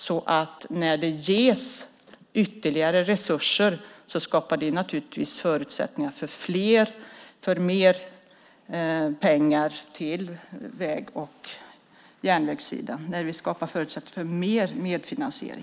När vi skapar förutsättningar för mer medfinansiering, skapas det naturligtvis förutsättningar för ytterligare pengar och resurser till väg och järnvägssidan.